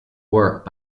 work